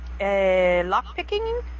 Lockpicking